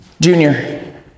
Junior